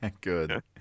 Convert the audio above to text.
good